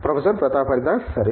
professor Pratap Haridas సరే